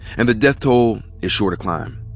and the death toll is sure to climb.